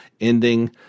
ending